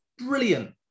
brilliant